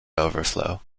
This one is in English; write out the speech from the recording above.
overflow